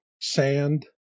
sand